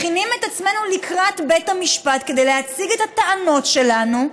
מכינים את עצמנו לקראת בית המשפט כדי להציג את הטענות שלנו,